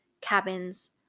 cabins